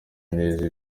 neza